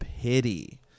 pity